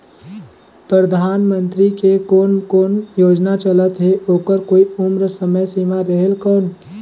परधानमंतरी के कोन कोन योजना चलत हे ओकर कोई उम्र समय सीमा रेहेल कौन?